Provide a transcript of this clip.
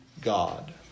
God